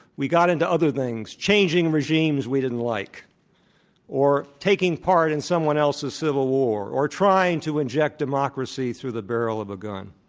we got into other things, changingregimes we didn't like or taking part in someone else's civil war, or trying to inject democracy through the barrel of a gun.